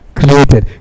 created